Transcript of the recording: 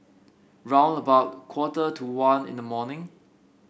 round about quarter to one in the morning